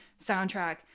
soundtrack